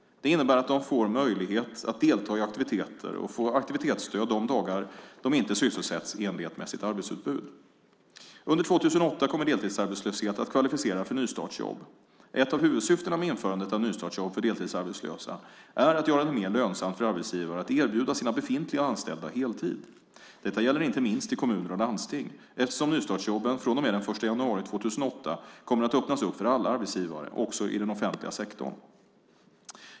Det innebär att de får möjlighet att delta i aktiviteter och få aktivitetsstöd de dagar de inte sysselsätts i enlighet med sitt arbetsutbud. Under 2008 kommer deltidsarbetslöshet att kvalificera för nystartsjobb. Ett av huvudsyftena med införandet av nystartsjobb för deltidsarbetslösa är att göra det mer lönsamt för arbetsgivare att erbjuda sina befintliga anställda heltid. Detta gäller inte minst i kommuner och landsting, eftersom nystartsjobben från och med den 1 januari 2008 kommer att öppnas upp för alla arbetsgivare också i den offentliga sektorn.